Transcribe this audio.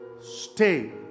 stay